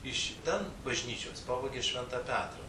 iš ten bažnyčios pavogė šventą petrą